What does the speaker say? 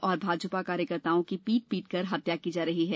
और भाजपा कार्यकर्ताओं की पीट कर हत्या की जा रही है